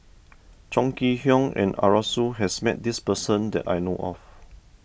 Chong Kee Hiong and Arasu has met this person that I know of